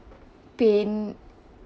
pain